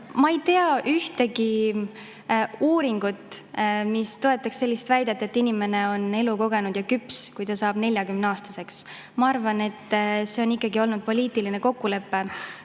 Ma ei tea ühtegi uuringut, mis toetaks sellist väidet, et inimene on elukogenud ja küps, kui ta saab 40-aastaseks. Ma arvan, et see on ikkagi olnud poliitiline kokkulepe.